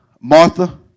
Martha